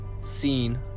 seen